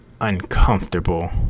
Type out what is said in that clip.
uncomfortable